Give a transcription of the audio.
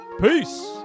Peace